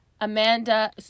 Amanda